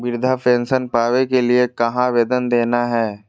वृद्धा पेंसन पावे के लिए कहा आवेदन देना है?